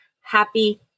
happy